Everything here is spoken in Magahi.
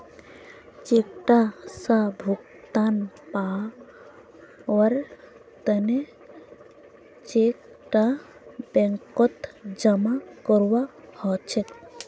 चेक स भुगतान पाबार तने चेक टा बैंकत जमा करवा हछेक